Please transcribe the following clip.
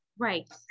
Right